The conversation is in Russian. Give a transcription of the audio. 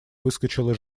выскочила